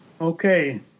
Okay